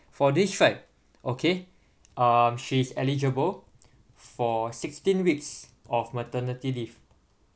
for this right okay um she's eligible for sixteen weeks of maternity leave